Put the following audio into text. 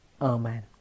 Amen